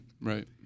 Right